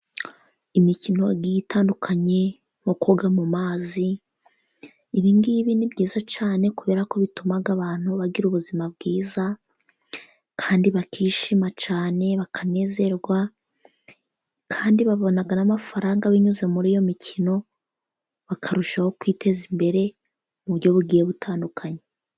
Imikino igiye itandukanye nko koga mu mazi. Ibi ngibi ni byiza cyane kubera ko bituma abantu bagira ubuzima bwiza, kandi bakishima cyane, bakanezerwa kandi babona n'amafaranga binyuze muri iyo mikino. Bakarushaho kwiteza imbere mu buryo bugiye butandukanye.